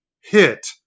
hit